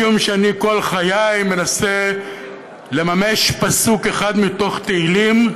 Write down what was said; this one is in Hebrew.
משום שאני כל חיי מנסה לממש פסוק אחד מתוך תהילים,